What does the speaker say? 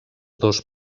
dos